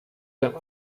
them